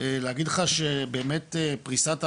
להגיד לך שבאמת פריסת האמבולנסים,